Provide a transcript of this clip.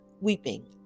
weeping